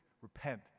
repent